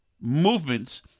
movements